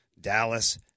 Dallas